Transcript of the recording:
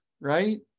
right